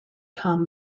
tom